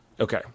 Okay